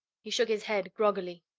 he shook his head groggily.